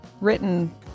written